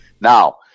Now